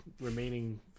remaining